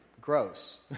gross